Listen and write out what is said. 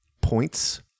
points